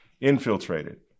infiltrated